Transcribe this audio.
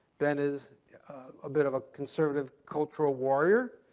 ben is a bit of a conservative cultural warrior.